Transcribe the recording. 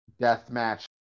deathmatch